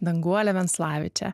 danguolę venslavičę